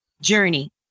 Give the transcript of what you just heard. journey